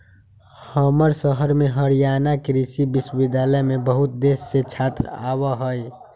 हमर शहर में हरियाणा कृषि विश्वविद्यालय में बहुत देश से छात्र आवा हई